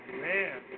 man